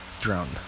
drowned